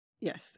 Yes